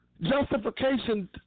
justification